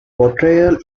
portrayal